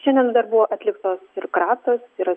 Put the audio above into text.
šiandien dar buvo atliktos kratos yra